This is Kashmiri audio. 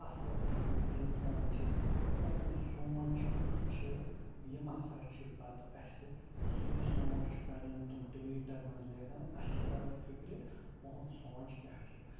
اَصٕل اَصٕل اِنسان چھِ یِہُنٛد سونٛچ کیُتھ چھُ یِم ہسا چھِ پَتہٕ اَسہِ سُے سونٛچ پنٛنٮ۪ن تِم ٹٕویٖٹَن منٛز لٮ۪کھان اَسہِ چھِ تَران فِکرِ یِہُنٛد سونٛچ کیٛاہ چھِ